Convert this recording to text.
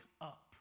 up